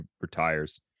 retires